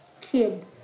Kid